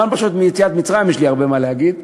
גם על פרשות יציאת מצרים יש לי הרבה מה להגיד,